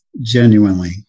genuinely